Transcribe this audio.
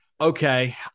okay